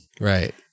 Right